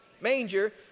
Manger